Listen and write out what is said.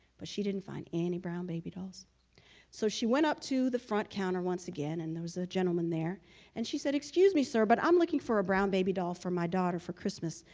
but she didn't find any brown baby dolls so she went up to the front counter once once again, and there was a gentleman there and she said, excuse me, sir but i'm looking for a brown baby doll for my daughter for christmas.